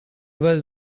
was